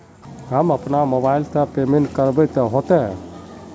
हम अपना मोबाईल से पेमेंट करबे ते होते?